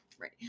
Right